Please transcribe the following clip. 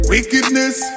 Wickedness